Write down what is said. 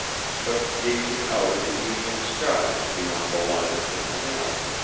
but gazing out at the evening skies beyond the line of the canal,